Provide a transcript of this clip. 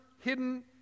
hidden